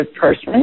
person